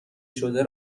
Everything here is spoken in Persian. شده